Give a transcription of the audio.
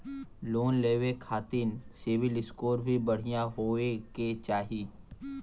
Loan लेवे के खातिन सिविल स्कोर भी बढ़िया होवें के चाही?